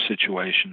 situation